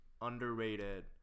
underrated